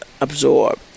absorb